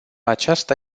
aceasta